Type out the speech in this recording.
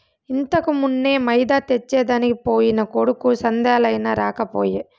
ఇంతకుమున్నే మైదా తెచ్చెదనికి పోయిన కొడుకు సందేలయినా రాకపోయే